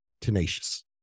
tenacious